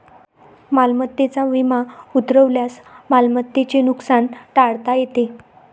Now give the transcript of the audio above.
मालमत्तेचा विमा उतरवल्यास मालमत्तेचे नुकसान टाळता येते